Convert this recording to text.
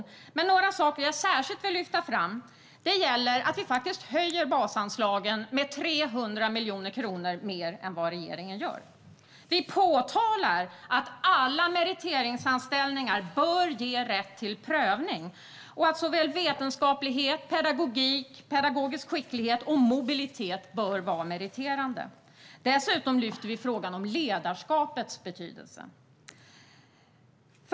Men det finns några saker som jag särskilt vill lyfta fram: Vi höjer basanslagen med 300 miljoner kronor mer än vad regeringen gör. Vi påpekar att alla meriteringsanställningar bör ge rätt till prövning och att såväl vetenskaplighet som pedagogik, pedagogisk skicklighet och mobilitet bör vara meriterande. Dessutom lyfter vi frågan om ledarskapets betydelse.